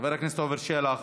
חבר הכנסת עפר שלח,